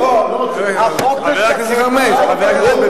אבל החוק משקף מצב קיים.